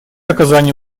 оказание